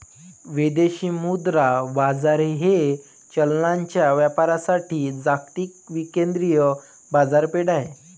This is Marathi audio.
विदेशी मुद्रा बाजार हे चलनांच्या व्यापारासाठी जागतिक विकेंद्रित बाजारपेठ आहे